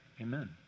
amen